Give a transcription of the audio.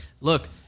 look